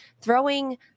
throwing